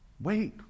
Wait